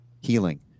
healing